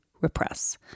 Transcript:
repress